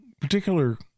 particular